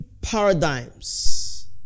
paradigms